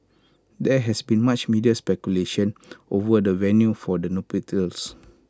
there has been much media speculation over the venue for the nuptials